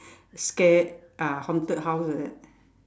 scare ah haunted house like that